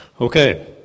Okay